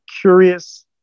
curious